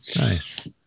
Nice